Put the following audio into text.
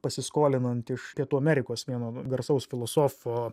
pasiskolinant iš pietų amerikos vieno garsaus filosofo